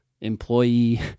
employee